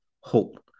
hope